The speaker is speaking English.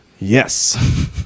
Yes